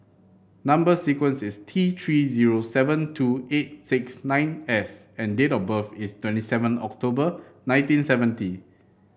number sequence is T Three zero seven two eight six nine S and date of birth is twenty seven October nineteen seventy